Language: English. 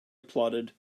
applauded